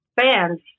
fans